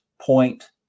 point